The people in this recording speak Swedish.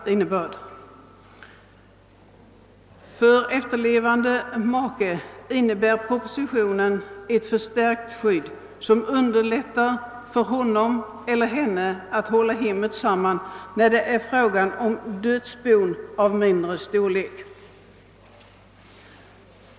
För efterlevande make innebär propositionens förslag ett förstärkt skydd som underlättar för honom eller henne att hålla hemmet samman när det är fråga om mindre dödsbon.